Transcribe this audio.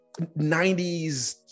90s